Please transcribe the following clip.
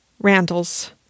Randall's